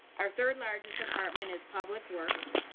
our third largest department is public works,